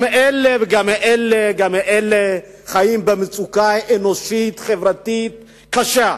גם אלה וגם אלה וגם אלה חיים במצוקה אנושית חברתית קשה.